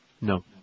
No